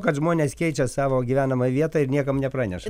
kad žmonės keičia savo gyvenamąją vietą ir niekam nepraneša